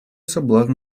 соблазн